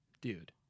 dude